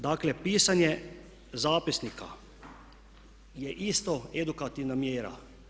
Dakle, pisanje zapisnika je isto edukativna mjera.